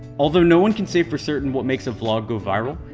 although no one can say for certain what makes a vlog go viral,